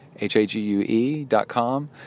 H-A-G-U-E.com